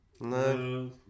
no